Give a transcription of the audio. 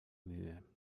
mühe